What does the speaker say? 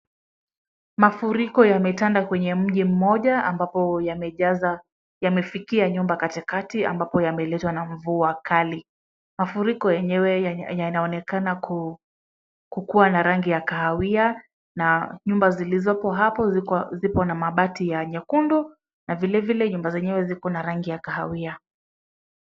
Mafuriko yametanda kwenye mji mmoja ambapo yamefikia nyumba katikati ambapo yameletwa na mvua kali. Mafuriko yenyewe yanaonekana kukuwa na rangi ya kahawia na nyumba zilizoko hapo zipo na mabati ya nyekundu na vilevile nyumba zenyewe ziko na rangi ya kahawia.